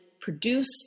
produce